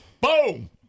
boom